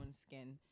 skin